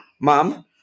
Mom